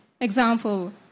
example